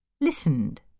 Listened